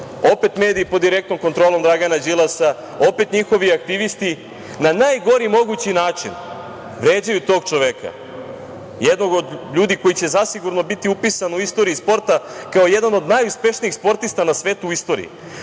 opet mediji pod direktnom kontrolom Dragana Đilas, opet njihovi aktivnosti na najgori mogući način vređaju tog čoveka, jednog od ljudi koji će zasigurno biti upisan u istoriji sporta kao jedan od najuspešnijih sportista na svetu u istoriji.